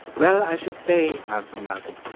well, i should say! answered malcolm.